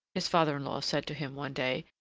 his father-in-law said to him one day,